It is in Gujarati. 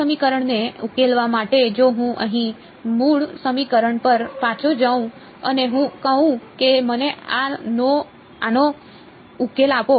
આ સમીકરણને ઉકેલવા માટે જો હું અહીં મૂળ સમીકરણ પર પાછો જાઉં અને હું કહું કે મને આ નો ઉકેલ આપો